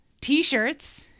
t-shirts